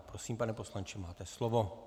Prosím, pane poslanče, máte slovo.